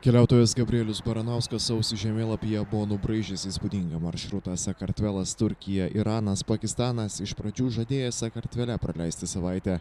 keliautojas gabrielius baranauskas sausį žemėlapyje buvo nubraižęs įspūdingą maršrutą sakartvelas turkija iranas pakistanas iš pradžių žadėjęs sakartvele praleisti savaitę